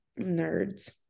nerds